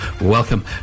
Welcome